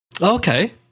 Okay